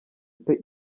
ute